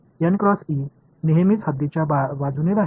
तर नेहमीच हद्दीच्या बाजूने राहील